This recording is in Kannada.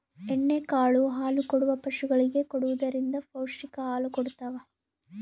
ಎಣ್ಣೆ ಕಾಳು ಹಾಲುಕೊಡುವ ಪಶುಗಳಿಗೆ ಕೊಡುವುದರಿಂದ ಪೌಷ್ಟಿಕ ಹಾಲು ಕೊಡತಾವ